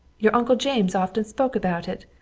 your uncle james often spoke about it.